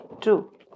True